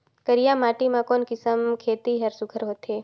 करिया माटी मा कोन किसम खेती हर सुघ्घर होथे?